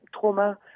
trauma